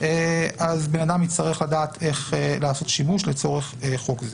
אז בן אדם יצטרך לדעת איך לעשות שימוש לצורך חוק זה.